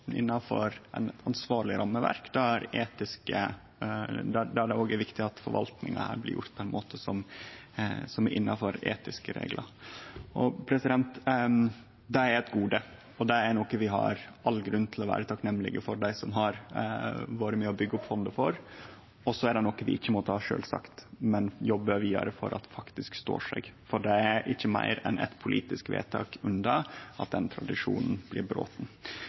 innanfor eit ansvarleg rammeverk, der det òg er viktig at forvaltninga her blir gjort på ein måte som er innanfor etiske reglar. Det er eit gode, og det er noko vi har all grunn til å vere takknemlege for overfor dei som har vore med på å byggje opp fondet. Og det er noko vi ikkje må ta som sjølvsagt, men som vi må jobbe vidare for at faktisk står seg, for ein er ikkje meir enn eit politisk vedtak unna at den tradisjonen blir